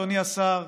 אדוני השר,